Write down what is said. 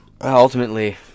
ultimately